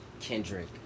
Kendrick